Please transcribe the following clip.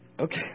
Okay